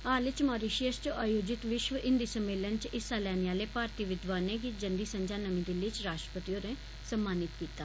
हाल इच मारीशियस इच आयोजित विश्व हिन्दी सम्मेलन इच हिस्सा लैने आले भारतीय विद्वानें गी जंदी संजा नमीं दिल्ली इच राष्ट्रपति होरें सम्मानित कीता